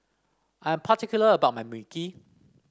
I'm particular about my Mui Kee